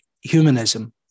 humanism